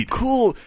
cool